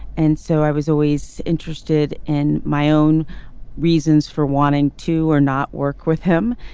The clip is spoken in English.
and so i was always interested in my own reasons for wanting to or not work with him.